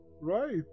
right